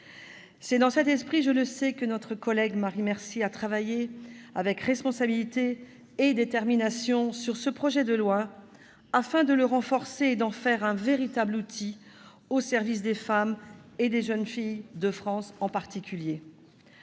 C'est dans cet esprit, je le sais, que notre collègue Marie Mercier a travaillé avec responsabilité et détermination sur ce projet de loi, afin de le renforcer et d'en faire un véritable outil au service des femmes et des jeunes filles de France en particulier.